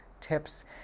tips